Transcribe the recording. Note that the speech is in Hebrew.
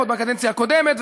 עוד בקדנציה הקודמת,